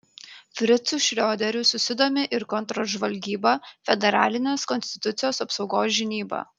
fricu šrioderiu susidomi ir kontržvalgyba federalinės konstitucijos apsaugos žinyba